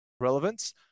relevance